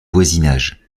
voisinage